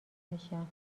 میشم